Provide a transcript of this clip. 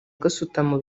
gasutamo